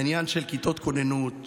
העניין של כיתות כוננות,